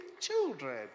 children